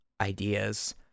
ideas